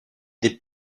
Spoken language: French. des